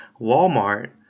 Walmart